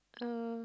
uh